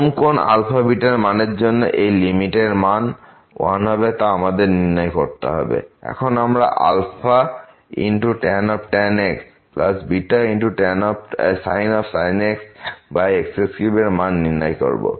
কোন কোন ও র মানের জন্য এই লিমিট তার মান হবে 1 তা আমাদের নির্ধারণ করতে হবে এবং এখন আমরা tan x βsin x x3এর মান নির্ণয় করব